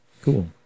Cool